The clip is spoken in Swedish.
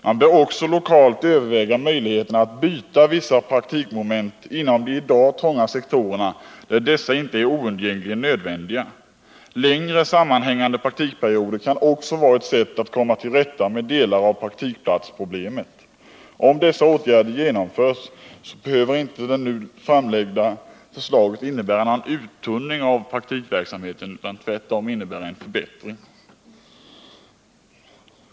Man bör också lokalt överväga möjligheterna att byta vissa praktikmo ment inom de i dag trånga sektorerna, där dessa inte är oundgängligen nödvändiga. Längre sammanhängande praktikperioder kan också vara ett sätt att komma till rätta med delar av praktikplatsproblemet. Om dessa åtgärder vidtas behöver inte det nu framlagda förslaget innebära någon uttunning av praktikverksamheten utan kan tvärtom innebära en förbättring.